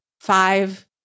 five